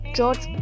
George